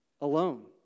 alone